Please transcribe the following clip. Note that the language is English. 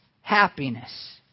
happiness